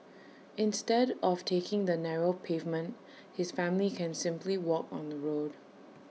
instead of taking the narrow pavement his family can simply walk on the road